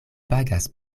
pagas